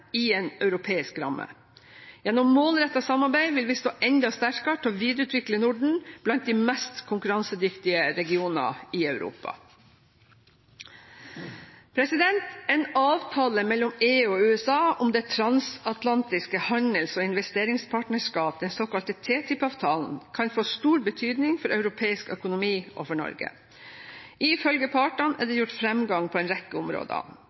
i en europeisk ramme. Gjennom målrettet samarbeid vil vi stå enda sterkere til å videreutvikle Norden blant de mest konkurransedyktige regioner i Europa. En avtale mellom EU og USA om Det transatlantiske handels- og investeringspartnerskap – den såkalte TTIP-avtalen – kan få stor betydning for europeisk økonomi og for Norge. Ifølge partene er det gjort framgang på en rekke områder.